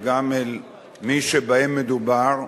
וגם אל מי שבהם מדובר,